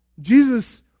Jesus